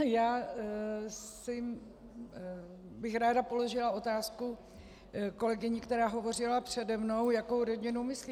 Já bych ráda položila otázku kolegyni, která hovořila přede mnou, jakou rodinu myslí.